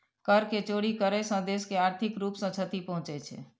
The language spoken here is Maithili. कर के चोरी करै सॅ देश के आर्थिक रूप सॅ क्षति पहुँचे छै